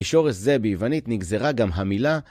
משורש זה ביוונית נגזרה גם המילה...